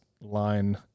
line